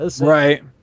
Right